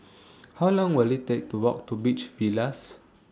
How Long Will IT Take to Walk to Beach Villas